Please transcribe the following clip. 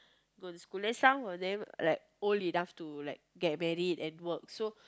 go to school then some of them like old enough to like get married and work so